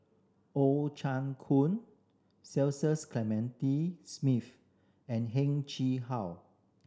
Oh Chai Hoo Cecil Clementi Smith and Heng Chee How